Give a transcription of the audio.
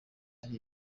ari